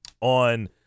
on